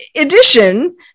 edition